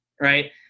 Right